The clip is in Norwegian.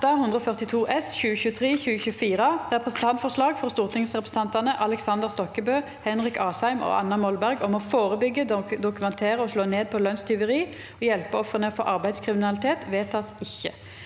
8:142 S (2023–2024) – Representantforslag fra stortingsrepresentantene Aleksander Stokkebø, Henrik Asheim og Anna Molberg om å forebygge, dokumentere og slå ned på lønnstyveri, og hjelpe ofrene for arbeidslivskriminalitet – vedtas ikke.